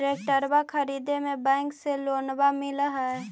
ट्रैक्टरबा खरीदे मे बैंकबा से लोंबा मिल है?